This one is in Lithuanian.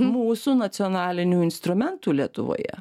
mūsų nacionalinių instrumentų lietuvoje